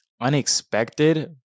unexpected